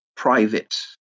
Private